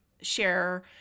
share